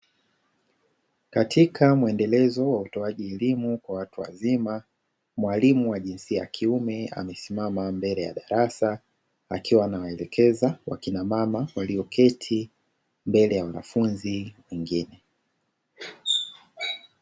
Katika muendelezo wa utoaji elimu kwa watu wazima, mwalimu wa jinsia ya kiume amesimama mbele ya darasa akiwa anawaelekeza wakina mama walioketi mbele ya wanafunzi wengine.